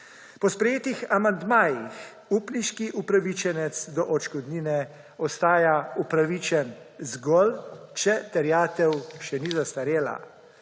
Po sprejetih amandmajih upniški upravičenec do odškodnine ostaja upravičen zgolj, če terjatev še ni zastarela.